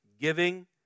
giving